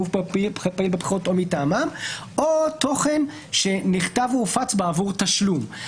גוף חד-פעמי בבחירות או מטעמם או תוכן שנכתב והופץ בעבור תשלום.